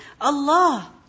Allah